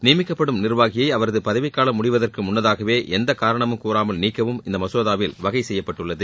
நியமிக்கப்படும் நிர்வாகியை அவரது பதவிக் காலம் முடிவதற்கு முன்னதாகவே எந்தக் காரணமும் கூறாமல் நீக்கவும் இந்த மசோதாவில் வகைசெய்யப்பட்டுள்ளது